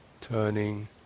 turning